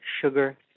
sugar